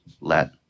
let